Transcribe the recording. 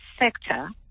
sector